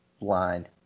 line